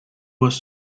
was